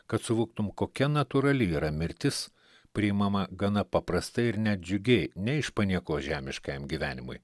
kad suvoktum kokia natūrali yra mirtis priimama gana paprastai ir nedžiugiai ne iš paniekos žemiškajam gyvenimui